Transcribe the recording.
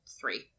three